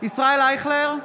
ישראל אייכלר,